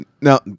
Now